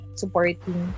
supporting